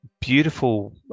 beautiful